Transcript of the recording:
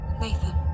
Nathan